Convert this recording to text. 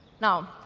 now,